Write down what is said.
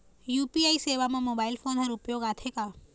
UPI सेवा म mobile phone हर उपयोग आथे का?